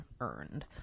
earned